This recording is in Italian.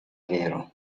vero